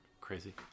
Crazy